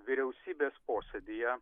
vyriausybės posėdyje